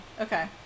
Okay